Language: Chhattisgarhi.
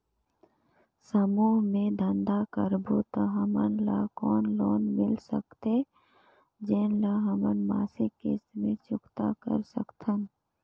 समूह मे धंधा करबो त हमन ल कौन लोन मिल सकत हे, जेन ल हमन मासिक किस्त मे चुकता कर सकथन?